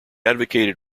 advocated